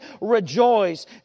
rejoice